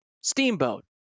Steamboat